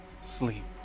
Sleep